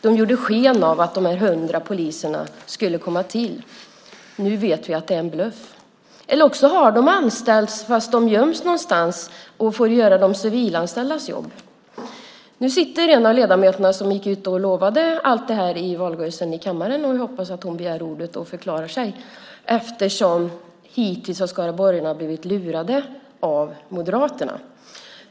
De gjorde sken av att de 100 poliserna skulle komma till. Nu vet vi att det var en bluff. Eller också har de anställts men göms någonstans och får göra de civilanställdas jobb. En av de ledamöter som lovade allt detta i valrörelsen sitter nu i kammaren. Jag hoppas att hon begär ordet och förklarar sig eftersom skaraborgarna hittills har blivit lurade av Moderaterna.